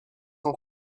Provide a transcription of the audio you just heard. est